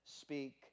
speak